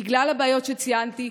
בגלל הבעיות שציינתי,